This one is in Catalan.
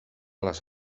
les